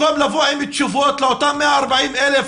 במקום לבוא עם תשובות לאותם 140,000,